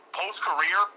post-career